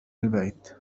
البيت